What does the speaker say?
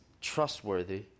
trustworthy